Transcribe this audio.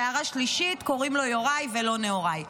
והערה שלישית, קוראים לו יוראי, ולא נהוראי.